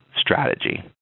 strategy